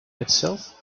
itself